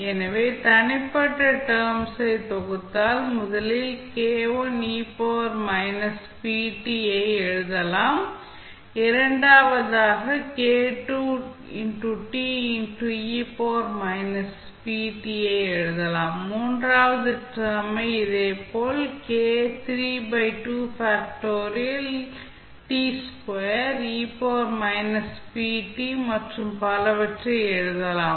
எனவே தனிப்பட்ட டெர்ம்ஸ் ஐ தொகுத்தால் முதலில் ஐ எழுதலாம் இரண்டாவதாக ஐ எழுதலாம் மூன்றாவது டெர்ம் ஐ இதேபோல் மற்றும் பலவற்றை எழுதலாம்